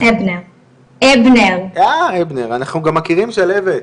אנחנו גם מכירים, שלהבת.